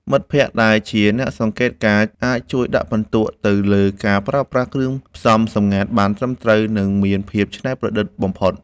មិត្តភក្តិដែលជាអ្នកសង្កេតការណ៍អាចជួយដាក់ពិន្ទុទៅលើការប្រើប្រាស់គ្រឿងផ្សំសម្ងាត់បានត្រឹមត្រូវ និងមានភាពច្នៃប្រឌិតបំផុត។